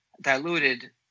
diluted